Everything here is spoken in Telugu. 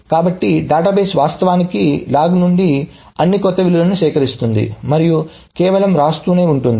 కాబట్టి డేటాబేస్ వాస్తవానికి లాగ్ నుండి అన్ని కొత్త వ్రాత విలువలను సేకరిస్తుంది మరియు కేవలం వ్రాస్తూనే ఉంటుంది